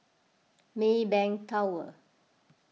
Maybank Tower